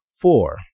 four